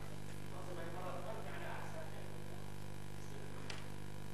עפו אגבאריה, בבקשה.